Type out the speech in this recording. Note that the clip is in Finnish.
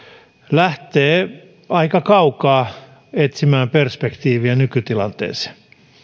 lähtee aika kaukaa etsimään perspektiiviä nykytilanteeseen